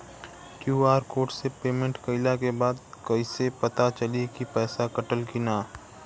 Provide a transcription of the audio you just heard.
QR code से payment कईला के बाद कईसे पता चली की पैसा कटल की ना?